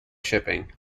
shipping